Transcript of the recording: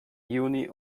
juni